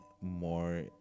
more